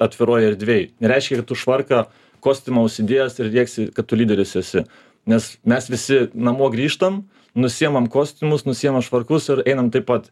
atviroj erdvėj nereiškia ir tu švarką kostiumą užsidėjęs ir rėksi kad tu lyderis esi nes mes visi namo grįžtam nusiimame kostiumus nusiimam švarkus ir einam taip pat